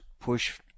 push